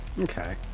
okay